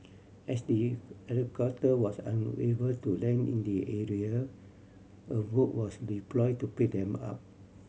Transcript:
as the helicopter was unable to land in the area a boat was deploy to pick them up